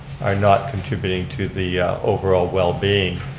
not contributing to the overall wellbeing.